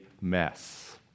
mess